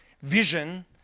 vision